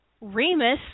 Remus